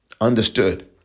understood